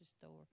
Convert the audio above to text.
store